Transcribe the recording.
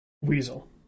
Weasel